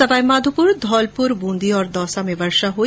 सवाईमाघोपुर धौलपुर बूंदी और दौसा में वर्षा हुई